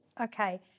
Okay